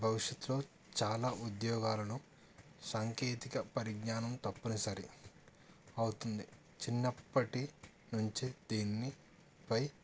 భవిష్యత్తులో చాలా ఉద్యోగాలను సాంకేతిక పరిజ్ఞానం తప్పనిసరి అవుతుంది చిన్నప్పటి నుంచి దీనిపై